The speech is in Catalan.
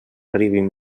arribin